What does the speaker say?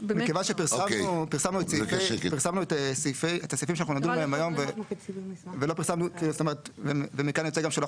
מכיוון שפרסמנו את הסעיפים שאנחנו נדון בהם היום ומכאן יוצא גם שאנחנו